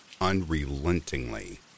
unrelentingly